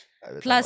Plus